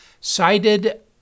cited